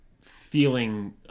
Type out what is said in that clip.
feeling